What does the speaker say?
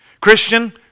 Christian